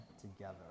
together